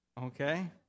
Okay